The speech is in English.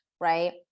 right